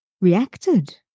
reacted